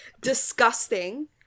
disgusting